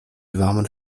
warmen